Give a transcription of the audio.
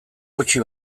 gutxi